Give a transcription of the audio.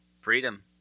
Freedom